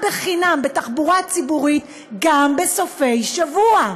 חינם בתחבורה ציבורית גם בסופי שבוע,